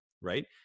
right